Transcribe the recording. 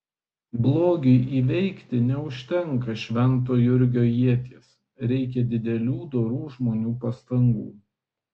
blogiui įveikti neužtenka švento jurgio ieties reikia didelių dorų žmonių pastangų